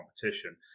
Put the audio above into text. competition